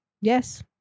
Yes